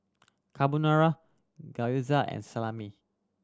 Carbonara Gyoza and Salami